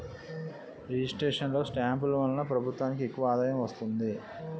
registration లో స్టాంపులు వలన ప్రభుత్వానికి ఎక్కువ ఆదాయం వస్తుంది